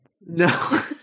No